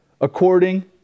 According